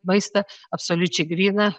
maistą absoliučiai gryną